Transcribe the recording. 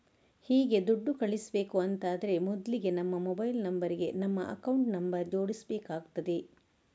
ಹೀಗೆ ದುಡ್ಡು ಕಳಿಸ್ಬೇಕು ಅಂತಾದ್ರೆ ಮೊದ್ಲಿಗೆ ನಮ್ಮ ಮೊಬೈಲ್ ನಂಬರ್ ಗೆ ನಮ್ಮ ಅಕೌಂಟ್ ನಂಬರ್ ಜೋಡಿಸ್ಬೇಕಾಗ್ತದೆ